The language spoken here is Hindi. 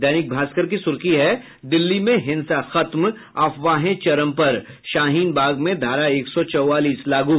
दैनिक भास्कर की सुर्खी है दिल्ली में हिंसा खत्म अफवाहें चरम पर शाहीनबाग में धारा एक सौ चौवालीस लागू